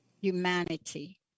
humanity